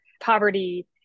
poverty